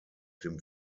dem